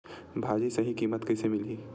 भाजी सही कीमत कइसे मिलही?